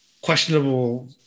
questionable